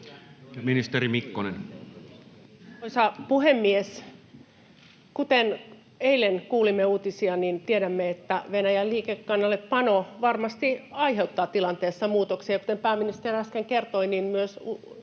Content: Arvoisa puhemies! Kuten eilen kuulimme uutisia, niin tiedämme, että Venäjän liikekannallepano varmasti aiheuttaa tilanteessa muutoksia. Kuten pääministeri äsken kertoi, niin myös